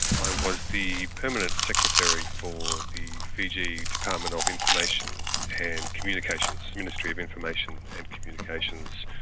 i was the permanent secretary for the fiji department of information and communications, ministry of information and communications,